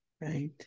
right